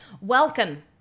Welcome